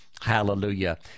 hallelujah